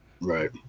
Right